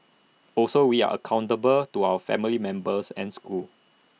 also we are accountable to our family members and school